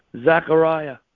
Zechariah